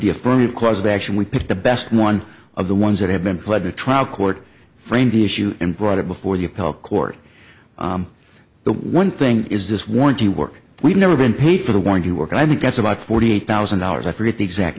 the affirmative cause of action we picked the best one of the ones that have been pled to trial court framed the issue and brought it before the appellate court the one thing is this warranty work we've never been paid for the warranty work i think that's about forty eight thousand dollars i forget the exact